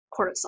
cortisol